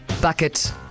bucket